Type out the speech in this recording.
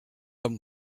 them